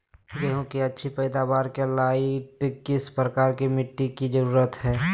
गेंहू की अच्छी पैदाबार के लाइट किस प्रकार की मिटटी की जरुरत है?